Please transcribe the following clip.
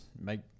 make